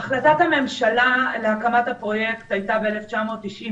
החלטת הממשלה להקמת הפרויקט הייתה ב-1996.